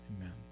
amen